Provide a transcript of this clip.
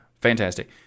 Fantastic